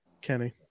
Kenny